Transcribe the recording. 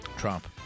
Trump